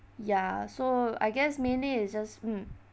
ya so I guess mainly is just mm